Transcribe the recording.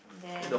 then